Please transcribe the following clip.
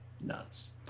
nuts